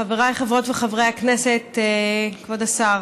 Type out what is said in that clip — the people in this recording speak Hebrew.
חבריי חברות וחברי הכנסת, כבוד השר,